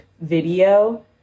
Video